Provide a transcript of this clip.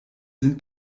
sind